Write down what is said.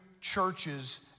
churches